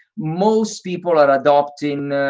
most people are adopting